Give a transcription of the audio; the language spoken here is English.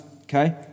Okay